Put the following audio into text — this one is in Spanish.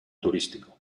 turístico